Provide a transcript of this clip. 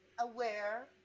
aware